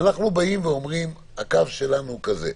אנחנו אומרים שהקו שלנו הוא כזה,